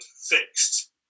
fixed